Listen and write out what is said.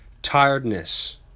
tiredness